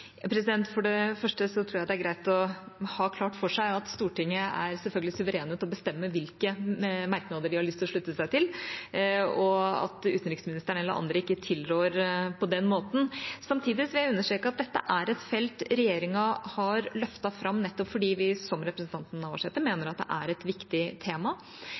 For det første tror jeg det er greit å ha klart for seg at Stortinget selvfølgelig er suverene til å bestemme hvilke merknader de har lyst til å slutte seg til, og at utenriksministeren eller andre ikke tilrår på den måten. Samtidig vil jeg understreke at dette er et felt regjeringa har løftet fram, nettopp fordi vi, som representanten Navarsete, mener at det er et viktig tema.